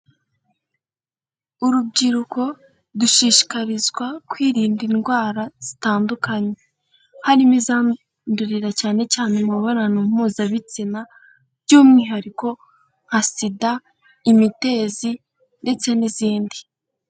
Urubyiruko dushishikarizwa kwirinda indwara zitandukanye. Harimo izandurira cyane cyane mu mibonano mpuzabitsina, by'umwihariko nka SIDA, imitezi ndetse n'izindi.